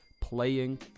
Playing